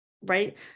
Right